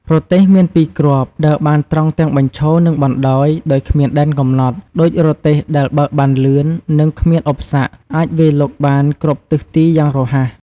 រទេះ មានពីរគ្រាប់ ដើរបានត្រង់ទាំងបញ្ឈរ និងបណ្តាយដោយគ្មានដែនកំណត់ ដូចរទេះដែលបើកបានលឿន និងគ្មានឧបសគ្គ អាចវាយលុកបានគ្រប់ទិសទីយ៉ាងរហ័ស។